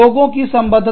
लोगों की संबद्धता